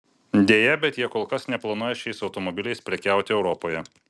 deja bet jie kol kas neplanuoja šiais automobiliais prekiauti europoje